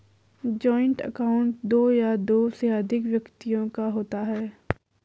joint account दो या दो से अधिक व्यक्तियों का होता है